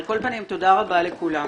על כל פנים, תודה רבה לכולם.